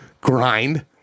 Grind